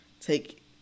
take